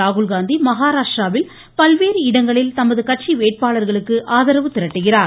ராகுல் காந்தி மகாராஷ்டிராவில் பல்வேறு இடங்களில் தமது கட்சி வேட்பாளர்களுக்கு ஆதரவு திரட்டுகிறார்